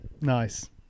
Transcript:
Nice